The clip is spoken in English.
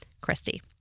Christy